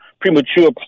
premature